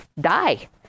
die